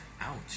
Ouch